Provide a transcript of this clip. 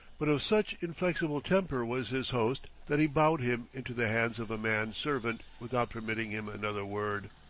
but of such inflexible temper was his host that he bowed him into the hands of a man servant without permitting him another word.